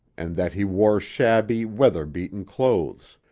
and that he wore shabby, weather-beaten clothes.